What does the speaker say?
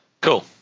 Cool